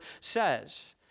says